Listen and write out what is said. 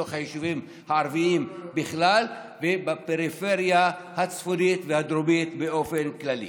בתוך היישובים הערביים בכלל ובפריפריה הצפונית והדרומית בפרט.